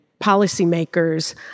policymakers